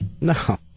no